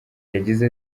yagize